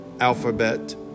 alphabet